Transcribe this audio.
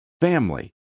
family